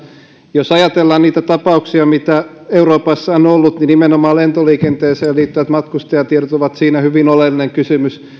jos ajatellaan niitä tapauksia mitä euroopassa on on ollut niin nimenomaan lentoliikenteeseen liittyvät matkustajatiedot ovat siinä hyvin oleellinen kysymys